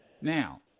Now